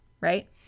right